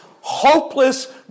hopeless